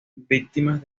víctimas